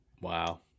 wow